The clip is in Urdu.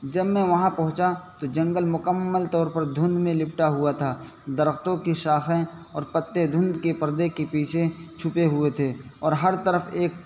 جب میں وہاں پہنچا تو جنگل مکمل طور پر دھند میں لپٹا ہوا تھا درختوں کی شاخیں اور پتے دھند کے پردے کے پیچھے چھپے ہوئے تھے اور ہر طرف ایک